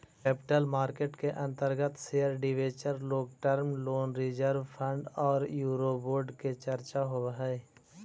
capital market के अंतर्गत share debenture long term loan reserve fund औउर यूरोबोंड के चर्चा होवऽ हई